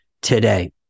today